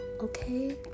okay